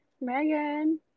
Megan